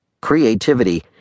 Creativity